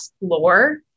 lore